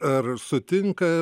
ar sutinka